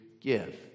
give